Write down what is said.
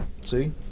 see